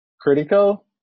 critical